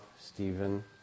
Stephen